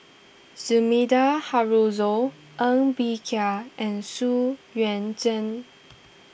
Sumida Haruzo Ng Bee Kia and Xu Yuan Zhen